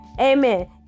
amen